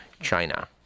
China